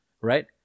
right